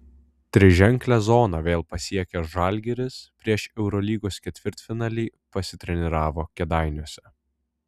triženklę zoną vėl pasiekęs žalgiris prieš eurolygos ketvirtfinalį pasitreniravo kėdainiuose